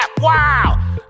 Wow